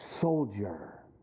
soldier